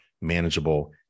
manageable